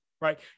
right